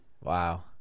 Wow